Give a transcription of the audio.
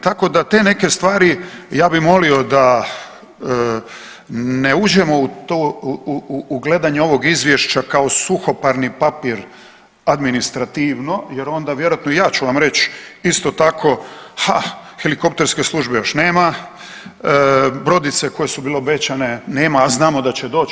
Tako da te neke stvari ja bi molio da ne uđemo u to, u gledanje ovog izvješća kao suhoparni papir administrativno jer onda vjerojatno i ja ću vam reći isto tako, ha helikopterske službe još nema, brodice koje su bile obećane nema, a znamo da će doći.